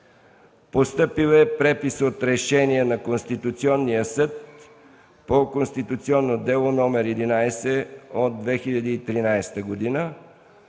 Постъпил е препис от Решение на Конституционния съд по Конституционно дело № 11 от 2013 г.